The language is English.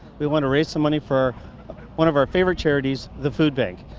we want to raise some money for one of our favourite charities, the food bank.